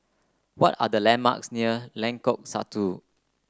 what are the landmarks near Lengkok Satu